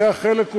זה החלק,